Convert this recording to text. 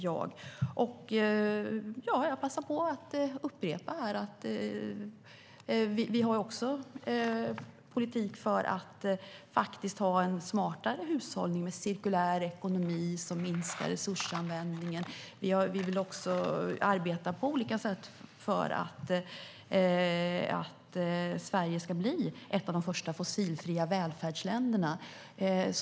Jag passar på att upprepa att vi också har en politik för en smartare hushållning och cirkulär ekonomi, vilket minskar resursanvändningen. Vi vill också arbeta på olika sätt för att Sverige ska bli ett av de första fossilfria välfärdsländerna.